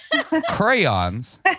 Crayons